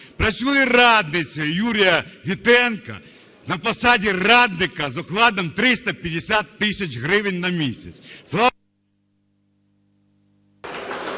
працює радницею Юрія Вітренка на посаді радника з окладом 350 тисяч гривень на місяць.